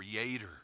Creator